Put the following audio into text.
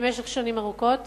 במשך שנים ארוכות,